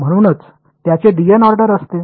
तर म्हणूनच त्याचे ऑर्डर असते